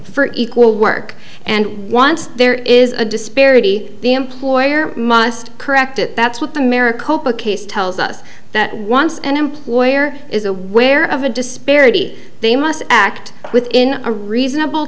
for equal work and once there is a disparity the employer must correct it that's what the maricopa case tells us that once an employer is aware of a disparity they must act within a reasonable